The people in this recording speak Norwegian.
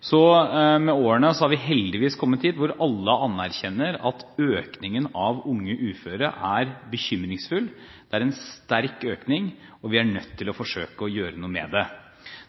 så få. Med årene har vi heldigvis kommet dit at alle anerkjenner at økningen av antall unge uføre er bekymringsfull. Det er en sterk økning, og vi er nødt til å forsøke å gjøre noe med det.